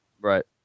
Right